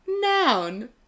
Noun